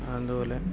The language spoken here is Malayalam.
അതുപോലെ